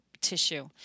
tissue